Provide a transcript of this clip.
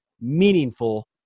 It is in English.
meaningful